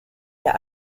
der